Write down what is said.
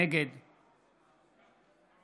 נגד